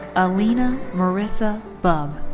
aleena marisa bubb.